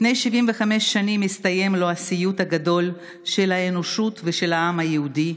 לפני 75 שנים הסתיים לו הסיוט הגדול של האנושות ושל העם היהודי,